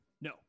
No